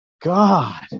God